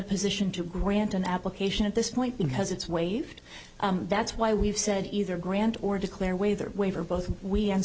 a position to grant an application at this point because it's waived that's why we've said either grant or declare way the waiver both we